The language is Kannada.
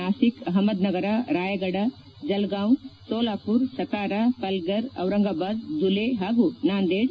ನಾಸಿಕ್ ಅಹಮದ್ನಗರ ರಾಯಗಡ ಜಲ್ಗಾಂವ್ಸೋಲಾಪುರ್ ಸತಾರಾ ಪಲ್ಲರ್ ಔರಂಗಾಬಾದ್ ದುಲೇ ಹಾಗೂ ನಾಂದೇಡ್